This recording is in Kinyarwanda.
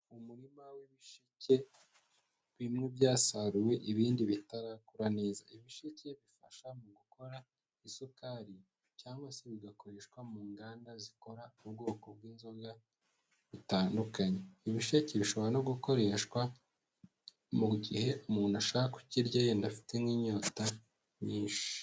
Umuririma w'ibisheke bimwe byasaruwe ibindi bitarakura neza. Ibisheke bifasha mu gukora isukari, cyangwa se bigakoreshwa mu nganda zikora ubwoko bw'inzoga butandukanye; ibisheke bishobora no gukoreshwa mu gihe umuntu ashaka kukirya yenda afite nk'inyota nyinshi.